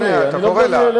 אתה פונה, אתה קורא לה.